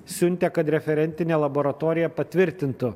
siuntė kad referentinė laboratorija patvirtintų